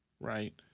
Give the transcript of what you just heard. right